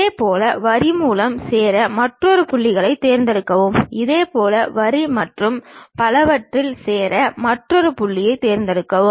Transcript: இதேபோல் வரி மூலம் சேர மற்றொரு புள்ளியைத் தேர்ந்தெடுக்கவும் இதேபோல் வரி மற்றும் பலவற்றில் சேர மற்றொரு புள்ளியைத் தேர்ந்தெடுக்கவும்